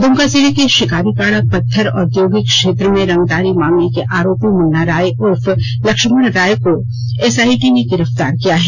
दुमका जिले के शिकारीपाड़ा पत्थर औद्योगिक क्षेत्र में रंगदारी मांगने के आरोपी मुन्ना राय उर्फ लक्षमण राय को एसआइटी ने गिरफ्तार किया है